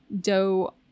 dough